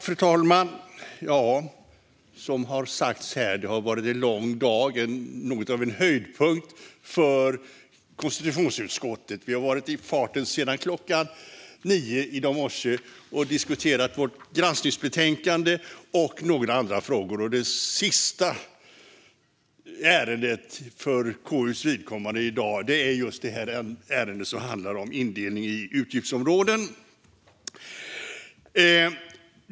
Fru talman! Som sagts här har detta varit en lång dag och något av en höjdpunkt för konstitutionsutskottet. Vi har varit i farten sedan klockan nio i morse och diskuterat vårt granskningsbetänkande och några andra frågor. Det sista ärendet för KU:s vidkommande i dag är ärendet om indelning i utgiftsområden.